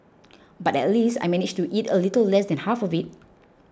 but at least I managed to eat a little less than half of it